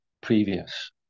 previous